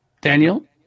Daniel